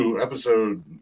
Episode